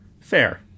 Fair